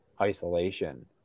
isolation